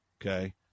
okay